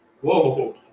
Whoa